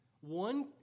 One